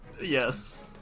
Yes